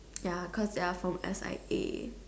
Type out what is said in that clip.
ya cause they are from S_I_A